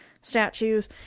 statues